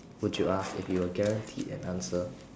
would you ask if you were guaranteed an answer